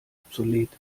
obsolet